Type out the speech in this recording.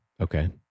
Okay